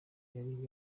yari